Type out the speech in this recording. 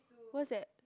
what's that